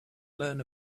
learn